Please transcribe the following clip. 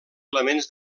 elements